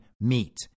meet